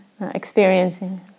Experiencing